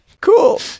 Cool